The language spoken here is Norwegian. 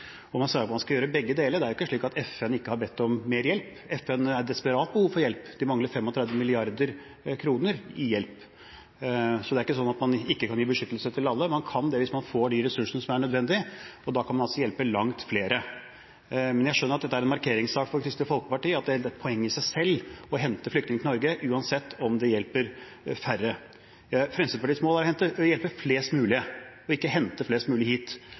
sier at man skal gjøre begge deler. Det er jo ikke slik at FN ikke har bedt om mer hjelp. FN er i desperat behov for hjelp – de mangler 35 mrd. kr i hjelp. Det er ikke slik at man ikke kan gi beskyttelse til alle – man kan det hvis man får de ressursene som er nødvendig. Og da kan man altså hjelpe langt flere. Jeg skjønner at dette er en markeringssak for Kristelig Folkeparti, at det er et poeng i seg selv å hente flyktninger til Norge, uansett om det hjelper færre. Fremskrittspartiets mål er å hjelpe flest mulig og ikke hente flest mulig hit.